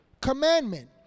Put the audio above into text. commandment